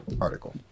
article